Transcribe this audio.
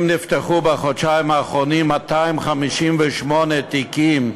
אם נפתחו בחודשיים האחרונים 258 תיקים,